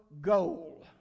goal